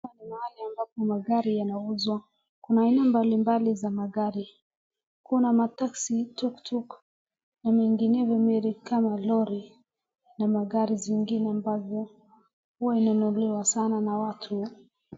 Hapa ni mahali ambapo magari yanauzwa. Kuna aina mbali mbali za magari. Kuna mateksi, tuktuk na mengineyo kama lori na magari zingine ambavyo huwa inanunuliwa sana na watu.